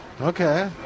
Okay